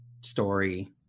story